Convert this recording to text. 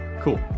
Cool